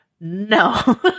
No